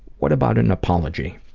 what about an apology?